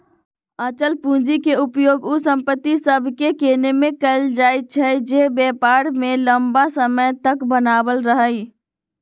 अचल पूंजी के उपयोग उ संपत्ति सभके किनेमें कएल जाइ छइ जे व्यापार में लम्मा समय तक बनल रहइ